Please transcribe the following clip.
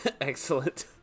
Excellent